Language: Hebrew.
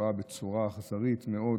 בשואה בצורה אכזרית מאוד.